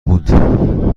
بود